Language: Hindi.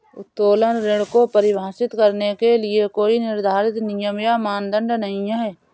उत्तोलन ऋण को परिभाषित करने के लिए कोई निर्धारित नियम या मानदंड नहीं है